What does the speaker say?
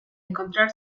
encontrar